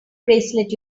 bracelet